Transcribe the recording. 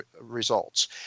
results